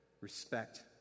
Respect